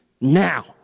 Now